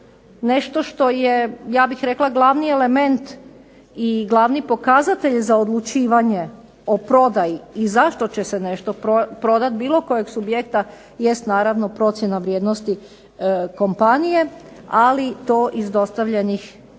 nešto što je ja bih rekla glavni element i glavni pokazatelj za odlučivanje o prodaji i zašto će se nešto prodati, bilo kojeg subjekta jest naravno procjena vrijednosti kompanije, ali to iz ostavljenih podatak